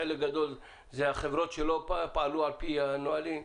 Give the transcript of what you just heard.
חלק גדול אלה החברות שלא פעלו על פי הנהלים?